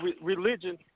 religion